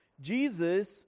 Jesus